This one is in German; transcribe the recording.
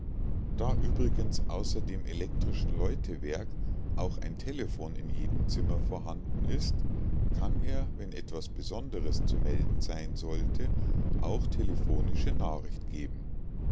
da übrigens außer dem elektrischen läutewerk auch ein telephon in jedem zimmer vorhanden ist kann er wenn etwas besonderes zu melden sein sollte auch telephonische nachricht geben